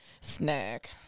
Snack